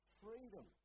freedom